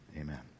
Amen